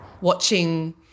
Watching